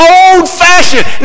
old-fashioned